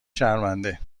شرمنده